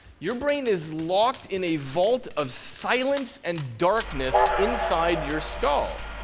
your brain is locked in a vault of silence and darkness inside your skull.